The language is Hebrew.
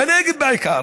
בנגב בעיקר,